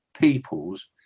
peoples